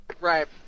Right